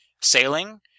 sailing